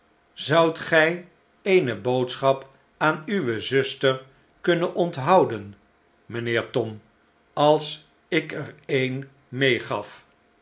zoudt gij eene boodschap aan uwe zuster kunnen onthouden rnijnheer tom als ik er een meegaf